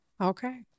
Okay